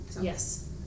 Yes